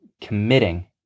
committing